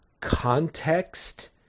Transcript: context